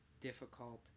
difficult